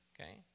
Okay